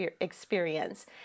experience